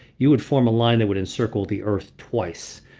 you would form a line that would encircle the earth twice.